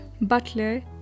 Butler